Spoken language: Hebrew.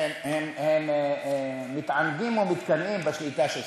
הם מתענגים ומתקנאים בשליטה שלך.